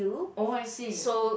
oh I see